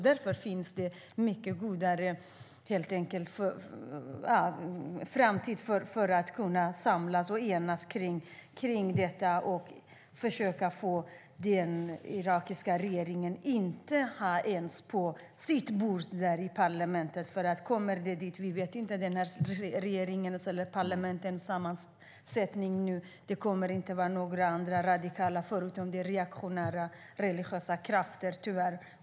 Därför finns det goda framtidsutsikter till att kunna samlas och enas kring detta och försöka få den irakiska regeringen att inte ta det här förslaget till parlamentet. Kommer det dit vet vi inte hur det blir. Vi kan inte den irakiska regeringens sammansättning ännu, men det kommer inte att vara några radikala utan reaktionära religiösa krafter, tyvärr.